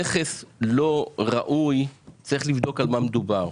נכס לא ראוי צריך לבדוק על מה מדובר.